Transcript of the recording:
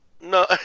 No